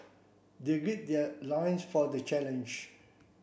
they gird their lions for the challenge